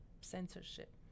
censorship